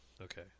Okay